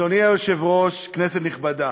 אדוני היושב-ראש, כנסת נכבדה,